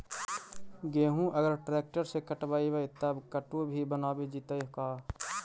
गेहूं अगर ट्रैक्टर से कटबइबै तब कटु भी बनाबे जितै का?